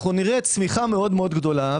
נראה צמיחה מאוד גדולה,